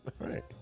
Right